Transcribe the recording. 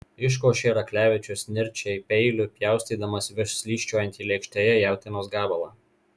iškošė raklevičius nirčiai peiliu pjaustydamas vis slysčiojantį lėkštėje jautienos gabalą